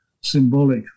symbolic